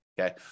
Okay